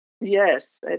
Yes